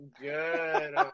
good